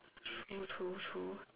true true true